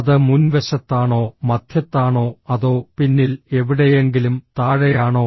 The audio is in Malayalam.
അത് മുൻവശത്താണോ മധ്യത്താണോ അതോ പിന്നിൽ എവിടെയെങ്കിലും താഴെയാണോ